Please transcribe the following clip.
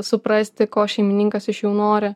suprasti ko šeimininkas iš jų nori